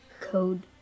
code